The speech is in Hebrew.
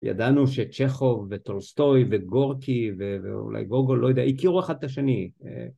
‫ידענו שצ'כוב וטולסטוי וגורקי ‫ואולי גורגול, לא יודע, ‫הכירו אחד את השני.